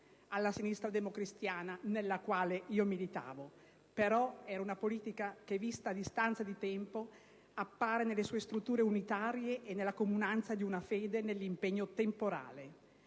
alla sinistra democristiana nella quale io militavo. Però era una politica che, vista a distanza di tempo, appare nelle sue strutture unitarie e nella comunanza di una fede nell'impegno temporale.